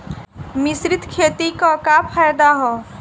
मिश्रित खेती क का फायदा ह?